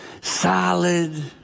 solid